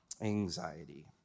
anxiety